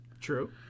True